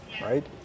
right